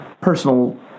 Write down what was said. personal